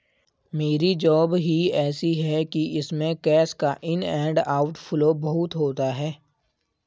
मेरी जॉब ही ऐसी है कि इसमें कैश का इन एंड आउट फ्लो बहुत होता है